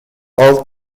old